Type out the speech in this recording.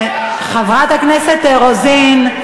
חברת הכנסת רוזין,